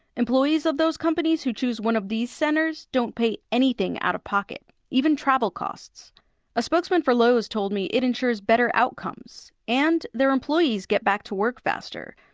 employees of those companies who choose one of these centers don't pay anything out of pocket, even travel costs a spokesman for lowe's told marketplace it ensures better outcomes, and their employees get back to work faster.